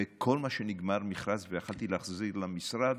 כל מה שנגמר לו מכרז ויכולתי להחזיר למשרד,